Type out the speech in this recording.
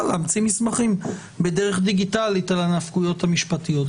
להמציא מסמכים בדרך דיגיטלית על הנפקויות המשפטיות.